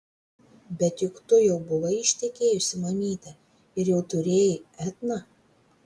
bet juk tu jau buvai ištekėjusi mamyte ir jau turėjai etną